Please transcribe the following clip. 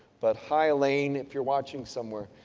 but hi elaine, if you're watching somewhere.